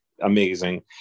amazing